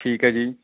ਠੀਕ ਹੈ ਜੀ